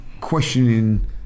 questioning